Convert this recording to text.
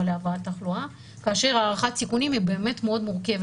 להבאת תחלואה כאשר הערכת הסיכונים היא באמת מאוד מורכבת.